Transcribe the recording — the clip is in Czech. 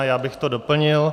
Já bych to doplnil.